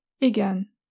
Again